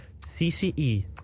CCE